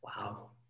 Wow